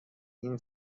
این